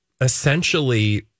essentially